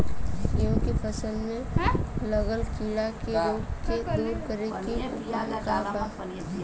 गेहूँ के फसल में लागल कीड़ा के रोग के दूर करे के उपाय का बा?